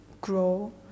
grow